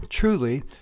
Truly